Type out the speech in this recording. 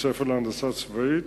בית-ספר להנדסה צבאית,